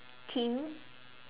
theme